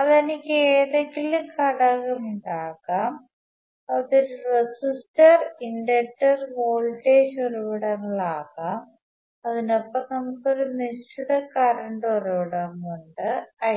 അത് എനിക്ക് ഏതെങ്കിലും ഘടകമുണ്ടാകാം അത് ഒരു റെസിസ്റ്റർ ഇൻഡക്റ്റർ വോൾട്ടേജ് ഉറവിടങ്ങൾ ആകാം അതിനൊപ്പം നമുക്ക് ഒരു നിശ്ചിത കറണ്ട് ഉറവിടമുണ്ട് I